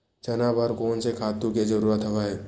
चना बर कोन से खातु के जरूरत हवय?